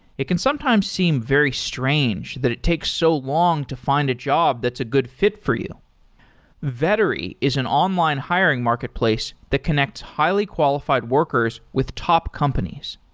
it can sometimes seem very strange that it takes so long to fi nd a job that's a good fi t for you vettery is an online hiring marketplace that connects highly qualified workers with top companies.